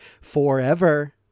forever